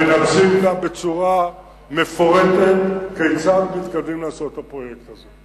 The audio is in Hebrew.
ונציג בצורה מפורטת כיצד מתכוונים לעשות את הפרויקט הזה.